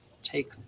take